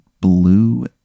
blue